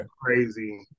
crazy